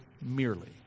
merely